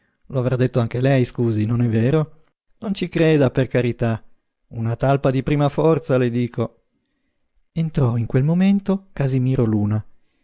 lo avrà detto anche a lei scusi non è vero non ci creda per carità una talpa di prima forza le dico entrò in quel momento casimiro luna